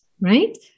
right